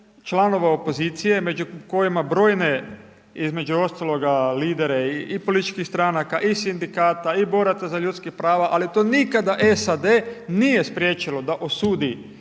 članova opozicije među kojima brojne između ostaloga lidere i političkih stranaka i sindikata i boraca za ljudska prava ali to nikada SAD nije spriječilo da osudi